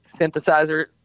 synthesizer